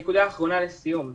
לסיום,